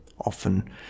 often